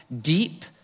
deep